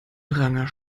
pranger